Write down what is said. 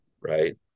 right